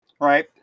right